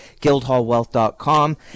guildhallwealth.com